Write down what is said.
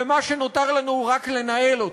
ומה שנותר לנו הוא רק לנהל אותו.